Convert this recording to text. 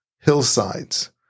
hillsides